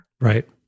Right